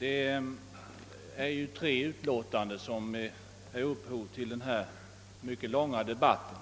Herr talman! Tre utlåtanden ligger till grund för denna mycket långdragna debatt.